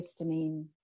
histamine